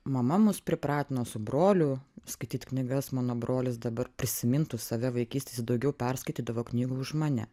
mama mus pripratino su broliu skaityt knygas mano brolis dabar prisimintų save vaikystėj jis daugiau perskaitydavo knygų už mane